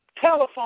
telephone